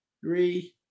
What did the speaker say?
three